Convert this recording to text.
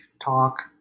talk